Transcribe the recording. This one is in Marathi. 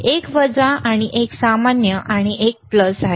एक वजा एक सामान्य आणि एक प्लस आहे